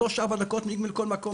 שלוש-ארבע דקות אנחנו מגיעים אל כל מקום.